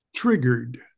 triggered